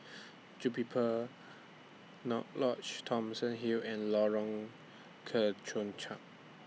Jupiper Lodge Thomson Hill and Lorong Kemunchup